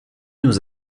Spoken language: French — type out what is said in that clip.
nous